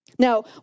Now